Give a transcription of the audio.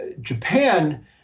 Japan